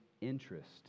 interest